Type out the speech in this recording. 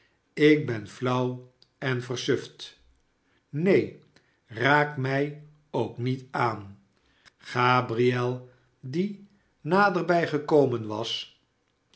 ik ben flauw en versuft neen raak mij ook niet aan gabriel die naderbij gekomen was